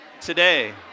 today